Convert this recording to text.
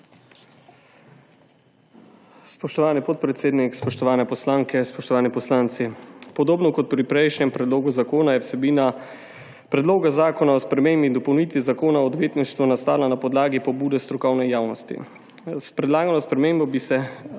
Spoštovani podpredsednik, spoštovane poslanke, spoštovani poslanci. Podobno kot pri prejšnjem predlogu zakona je vsebina Predloga zakona o spremembi in dopolnitvi Zakona o odvetništvu nastala na podlagi pobude strokovne javnosti. S predlagamo spremembo bi se